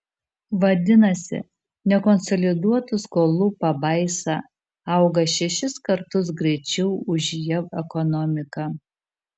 vadinasi nekonsoliduotų skolų pabaisa auga šešis kartus greičiau už jav ekonomiką